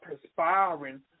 perspiring